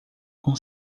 com